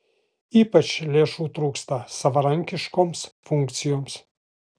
ypač lėšų trūksta savarankiškoms funkcijoms